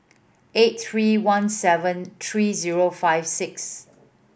eight three one seven three zero five six